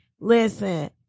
Listen